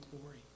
glory